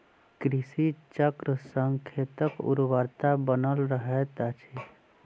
कृषि चक्र सॅ खेतक उर्वरता बनल रहैत अछि